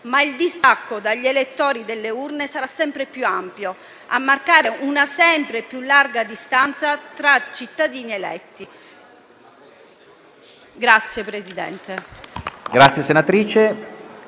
ma il distacco degli elettori dalle urne sarà sempre più ampio, a marcare una sempre più larga distanza tra cittadini ed eletti.